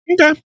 Okay